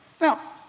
Now